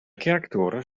kerktoren